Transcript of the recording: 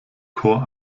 chor